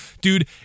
Dude